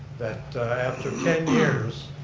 that after ten years,